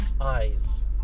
eyes